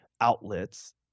outlets